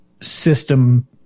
system